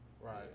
Right